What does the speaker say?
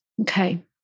Okay